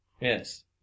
Yes